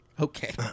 Okay